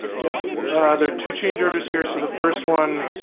yeah there are two changes here. so the first one,